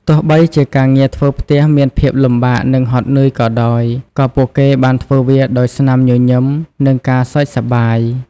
ទោះបីជាការងារធ្វើផ្ទះមានភាពលំបាកនិងហត់នឿយក៏ដោយ ក៏ពួកគេបានធ្វើវាដោយស្នាមញញឹមនិងការសើចសប្បាយ។